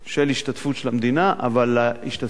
של השתתפות של המדינה, אבל ההשתתפות